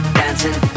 dancing